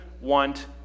want